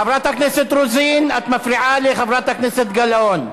חברת הכנסת רוזין, את מפריעה לחברת הכנסת גלאון.